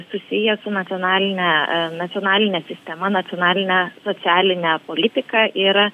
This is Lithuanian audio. susiję su nacionaline nacionaline sistema nacionalinę socialine politika yra